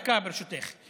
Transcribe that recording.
דקה, ברשותך.